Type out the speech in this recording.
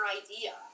idea